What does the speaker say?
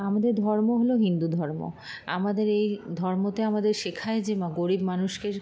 আমাদের ধর্ম হলো হিন্দু ধর্ম আমাদের এই ধর্মতে আমাদের শেখায় যে গরিব মানুষের